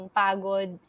pagod